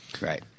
Right